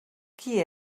qui